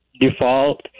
default